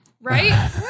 Right